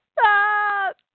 Stop